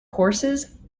horses